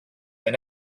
and